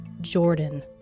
Jordan